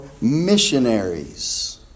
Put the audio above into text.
missionaries